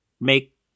make